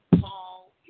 Paul